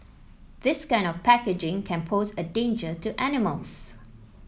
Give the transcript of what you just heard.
this kind of packaging can pose a danger to animals